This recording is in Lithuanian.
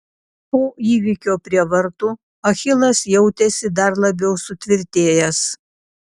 po įvykio prie vartų achilas jautėsi dar labiau sutvirtėjęs